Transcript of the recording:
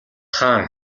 хаан